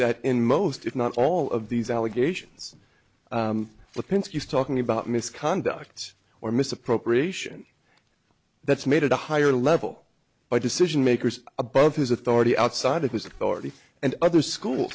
that in most if not all of these allegations lipinski talking about misconduct or misappropriation that's made at a higher level by decision makers above his authority outside of his authority and other schools